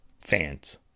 fans